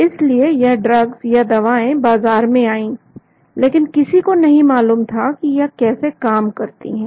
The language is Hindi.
इसलिए यह ड्रग्स या दवाएं बाजार में आई लेकिन किसी को नहीं मालूम था कि यह कैसे काम करती हैं